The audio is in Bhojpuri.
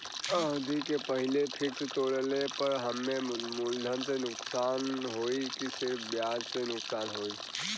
अवधि के पहिले फिक्स तोड़ले पर हम्मे मुलधन से नुकसान होयी की सिर्फ ब्याज से नुकसान होयी?